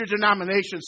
denominations